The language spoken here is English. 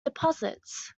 deposits